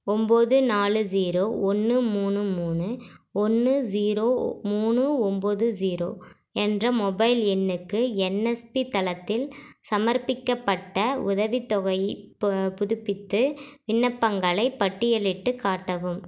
ஒம்பது நாலு ஸீரோ ஒன்று மூணு மூணு ஒன்று ஸீரோ மூணு ஒம்பது ஸீரோ என்ற மொபைல் எண்ணுக்கு என்எஸ்பி தளத்தில் சமர்ப்பிக்கப்பட்ட உதவித்தொகைப் புதுப்பித்து விண்ணப்பங்களைப் பட்டியலிட்டுக் காட்டவும்